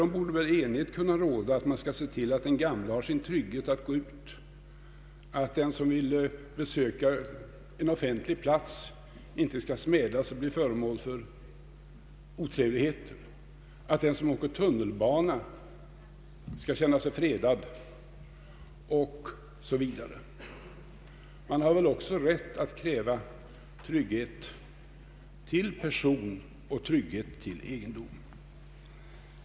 Det borde väl råda enighet om att man skall se till att de gamla har sin trygghet att gå ut, att den som vill besöka en offentlig plats inte skall smädas och bli föremål för otrevligheter, att den som åker tunnelbana skall känna sig fredad osv. Man har väl också Ang. rättsvården rätt att kräva trygghet till person och egendom.